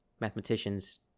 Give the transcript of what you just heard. mathematicians